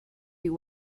you